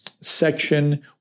section